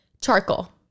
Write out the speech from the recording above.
Charcoal